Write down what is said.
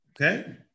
Okay